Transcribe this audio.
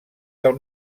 del